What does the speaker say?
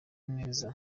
neza